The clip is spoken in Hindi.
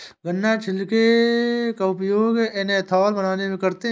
गन्ना के छिलके का उपयोग एथेनॉल बनाने में करते हैं